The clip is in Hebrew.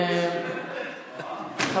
לא קרה כלום.